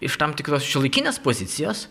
iš tam tikros šiuolaikinės pozicijos